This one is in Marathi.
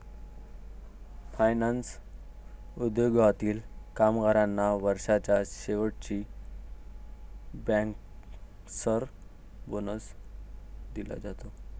फायनान्स उद्योगातील कामगारांना वर्षाच्या शेवटी बँकर्स बोनस दिला जाते